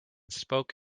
spoke